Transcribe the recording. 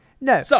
No